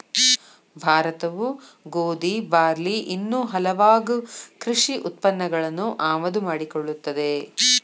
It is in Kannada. ಭಾರತವು ಗೋಧಿ, ಬಾರ್ಲಿ ಇನ್ನೂ ಹಲವಾಗು ಕೃಷಿ ಉತ್ಪನ್ನಗಳನ್ನು ಆಮದು ಮಾಡಿಕೊಳ್ಳುತ್ತದೆ